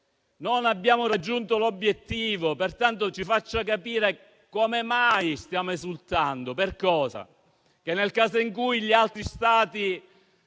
non abbiamo raggiunto l'obiettivo, pertanto ci faccia capire per cosa stiamo esultando: forse per il fatto che nel caso in cui gli altri Stati